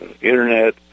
Internet